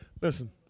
Listen